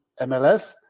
MLS